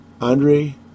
Andre